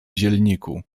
zielniku